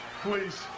please